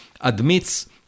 admits